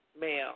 male